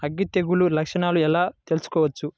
అగ్గి తెగులు లక్షణాలను ఎలా తెలుసుకోవచ్చు?